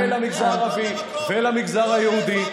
ולמגזר הערבי ולמגזר היהודי.